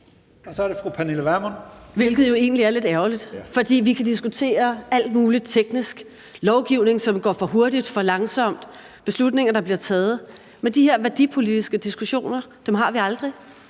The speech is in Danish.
Kl. 14:31 Pernille Vermund (NB): Det er jo egentlig lidt ærgerligt, for vi kan diskutere alt muligt teknisk, lovgivning, som går for hurtigt eller for langsomt, beslutninger, der bliver taget, men de her værdipolitiske diskussioner har vi aldrig.